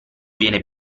viene